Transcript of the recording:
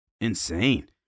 insane